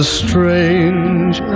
strange